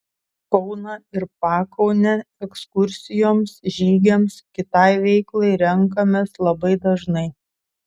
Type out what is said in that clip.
kauną ir pakaunę ekskursijoms žygiams kitai veiklai renkamės labai dažnai